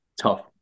tough